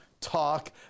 talk